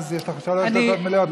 ואז יהיו לך שלוש דקות מלאות.